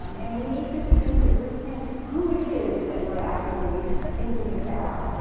um and we need to begin to rethink who it is that we're actually thinking about,